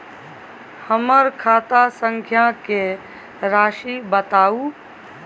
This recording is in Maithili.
हमर खाता संख्या के राशि बताउ